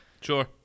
sure